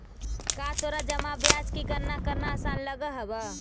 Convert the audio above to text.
का तोरा जमा ब्याज की गणना करना आसान लगअ हवअ